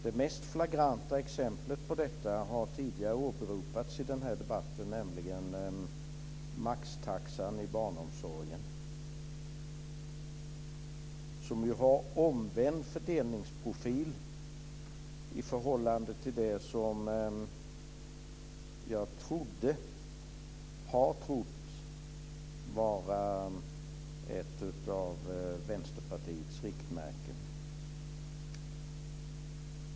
Det mest flagranta exemplet på detta har tidigare åberopats i den här debatten, nämligen maxtaxan i barnomsorgen som ju har omvänd fördelningsprofil i förhållande till det som jag har trott vara ett av Vänsterpartiets riktmärken.